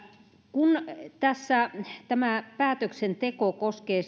kun tässä tämä päätöksenteko koskee